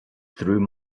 through